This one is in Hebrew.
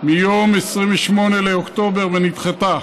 מיום 28 באוקטובר ונדחתה.